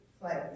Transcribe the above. place